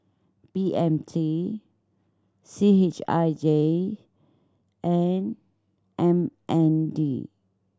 B M T C H I J and M N D